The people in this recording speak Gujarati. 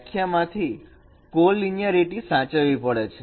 વ્યાખ્યામાંથી કો લીનીયારીટી સાચવવી પડે છે